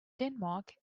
denmark